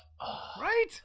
Right